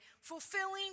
fulfilling